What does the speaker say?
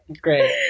Great